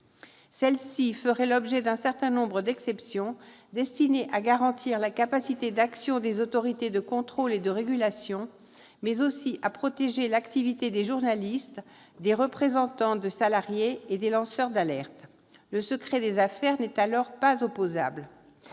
dernières feraient l'objet d'un certain nombre d'exceptions destinées à garantir la capacité d'action des autorités de contrôle et de régulation, mais aussi à protéger l'activité des journalistes, des représentants des salariés et des lanceurs d'alerte. Le secret des affaires n'est alors pas opposable.